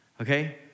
Okay